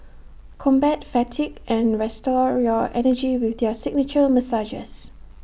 combat fatigue and restore your energy with their signature massages